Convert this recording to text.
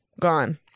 gone